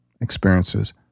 experiences